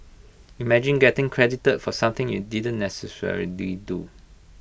imagine getting credited for something you didn't necessarily do